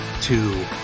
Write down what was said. Two